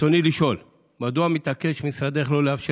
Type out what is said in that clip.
רצוני לשאול: 1. מדוע מתעקש משרדך שלא לאפשר